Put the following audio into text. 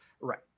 Right